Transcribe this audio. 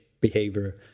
behavior